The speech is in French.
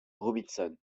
robinson